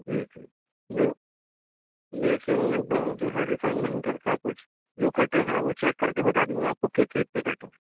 جی جی لے لیکن بینک جو ہے ریفنڈ نہیں کرتا کچھ جو کٹے ہیں وہ چیک کر کے بتا دیں گے آپ کو کس چیز کے کٹے ہیں